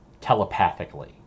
telepathically